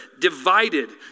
divided